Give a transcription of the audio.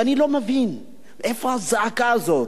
ואני לא מבין, איפה הזעקה הזאת?